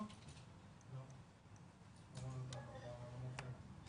כולנו יודעים את זה,